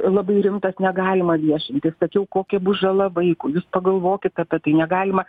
labai rimtas negalima viešintis sakiau kokia bus žala vaikui jūs pagalvokit apie tai negalima